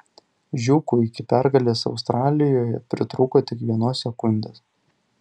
žiūkui iki pergalės australijoje pritrūko tik vienos sekundės